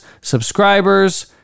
subscribers